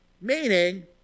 Meaning